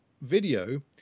video